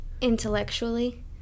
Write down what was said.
intellectually